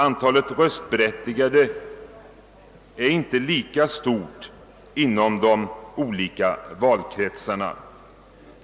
Antalet röstberättigade är inte lika stort inom de olika valkretsarna.